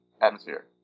atmosphere